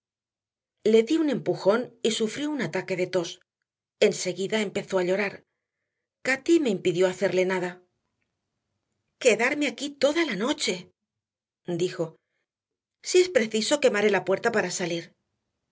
le di un empujón y sufrió un ataque de tos enseguida empezó a llorar cati me impidió hacerle nada quedarme aquí toda la noche dijo si es preciso quemaré la puerta para salir